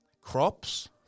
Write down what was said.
crops